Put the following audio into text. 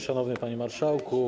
Szanowny Panie Marszałku!